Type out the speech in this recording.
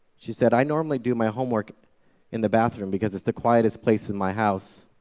she said, i normally do my homework in the bathroom because it's the quietest place in my house,